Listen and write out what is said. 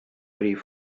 rhif